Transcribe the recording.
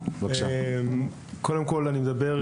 אני רוצה